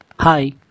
Hi